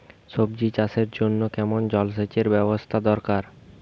সবজি চাষের জন্য কেমন জলসেচের ব্যাবস্থা দরকার?